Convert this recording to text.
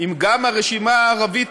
אם גם הרשימה הערבית,